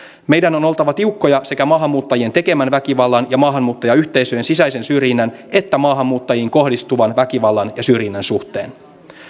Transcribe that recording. meidän on oltava tiukkoja sekä maahanmuuttajien tekemän väkivallan ja maahanmuuttajayhteisöjen sisäisen syrjinnän että maahanmuuttajiin kohdistuvan väkivallan ja syrjinnän suhteen